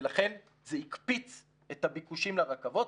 ולכן זה הקפיץ את הביקושים לרכבות.